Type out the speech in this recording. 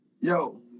yo